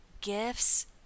gifts